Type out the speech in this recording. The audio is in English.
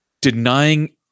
denying